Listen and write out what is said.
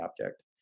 object